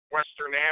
Western